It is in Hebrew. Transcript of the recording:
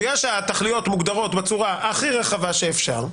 בגלל שהתכליות מוגדרות בצורה הכי רחבה שאפשר,